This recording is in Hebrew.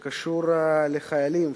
שקשור לחיילים,